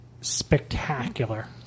spectacular